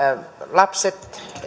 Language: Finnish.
lapset